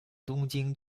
东京